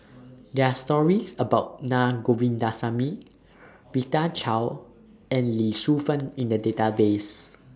There Are stories about Na Govindasamy Rita Chao and Lee Shu Fen in The Database